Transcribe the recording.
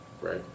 right